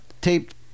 taped